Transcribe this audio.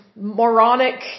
moronic